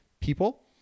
people